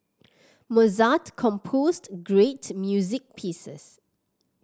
Mozart composed great music pieces